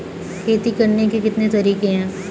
खेती करने के कितने तरीके हैं?